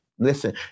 Listen